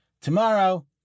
tomorrow